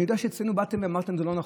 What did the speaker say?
אני יודע שאצלנו באתם ואמרתם: זה לא נכון.